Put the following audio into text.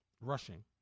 rushing